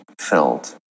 filled